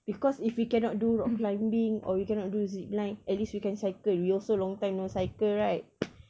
because if we cannot do rock climbing or we cannot do zipline at least we can cycle we also long time no cycle right